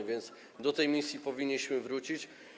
A więc do tej misji powinniśmy wrócić.